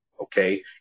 Okay